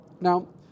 Now